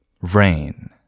rain